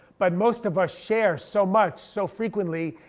but most of us share so much so frequently.